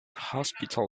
hospital